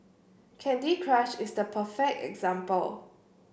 Candy Crush is the perfect example